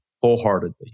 wholeheartedly